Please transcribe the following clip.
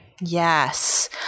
Yes